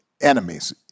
enemies